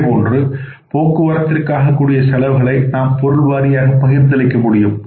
இதேபோன்று போக்குவரத்திற்காக கூடிய செலவுகளை நாம் பொருள் வாரியாக பகிர்ந்தளித்தல் முடியும்